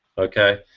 okay?